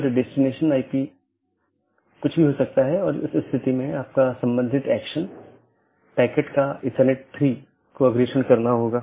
OSPF और RIP का उपयोग AS के माध्यम से सूचना ले जाने के लिए किया जाता है अन्यथा पैकेट को कैसे अग्रेषित किया जाएगा